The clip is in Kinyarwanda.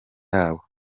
yabo